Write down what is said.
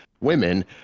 women